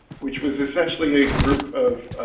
which was essentially a group of